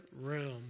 room